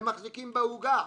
הם מחזיקים בעוגה.